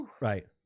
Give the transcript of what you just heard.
Right